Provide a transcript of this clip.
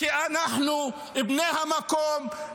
מכך שאנחנו בני המקום,